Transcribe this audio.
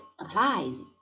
applies